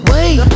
Wait